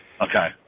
Okay